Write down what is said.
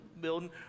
building